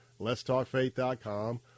letstalkfaith.com